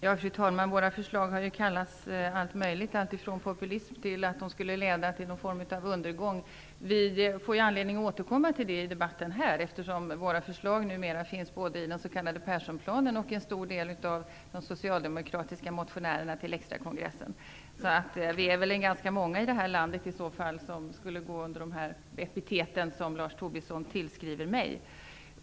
Fru talman! Våra förslag har kallats allt möjligt, alltifrån populism till att de skulle leda till någon form av undergång. Vi får anledning att återkomma till det här i debatten, eftersom våra förslag numera finns både i den s.k. Perssonplanen och i en stor del av de socialdemokratiska motionerna till extrakongressen. Vi är i så fall ganska många i det här landet som skulle gå under de epitet som Lars Tobisson tillskriver mig.